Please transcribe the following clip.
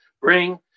bring